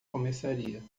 começaria